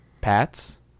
Pats